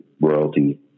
royalty